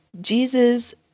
Jesus